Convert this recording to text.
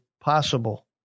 possible